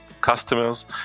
customers